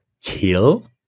kill